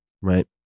right